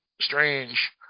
strange